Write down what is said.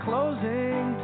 Closing